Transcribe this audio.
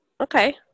Okay